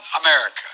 America